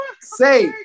say